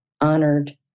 honored